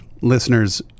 listeners